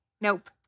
Nope